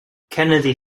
kennedy